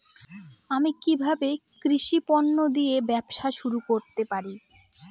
আমি কিভাবে কৃষি পণ্য দিয়ে ব্যবসা শুরু করতে পারি?